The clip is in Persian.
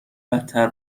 بدتر